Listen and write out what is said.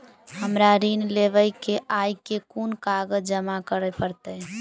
हमरा ऋण लेबै केँ अई केँ कुन कागज जमा करे पड़तै?